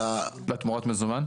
לתמורת מזומן?